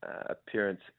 appearance